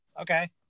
Okay